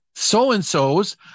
so-and-sos